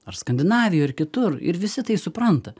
ar skandinavijoj ar kitur ir visi tai supranta